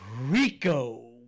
Rico